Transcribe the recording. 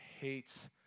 hates